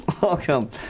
Welcome